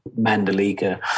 Mandalika